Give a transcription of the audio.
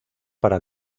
para